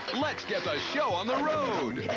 let's get the show on the road!